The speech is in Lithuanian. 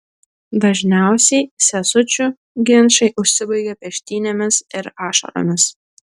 dažniausiai sesučių ginčai užsibaigia peštynėmis ir ašaromis